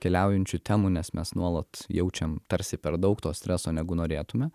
keliaujančių temų nes mes nuolat jaučiam tarsi per daug to streso negu norėtume